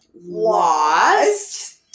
Lost